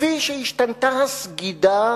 כפי שהשתנתה הסגידה